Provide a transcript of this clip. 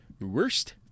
Worst